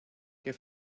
que